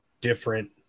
different